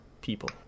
people